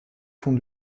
fond